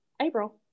April